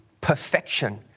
perfection